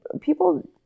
people